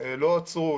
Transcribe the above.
הם לא עצרו,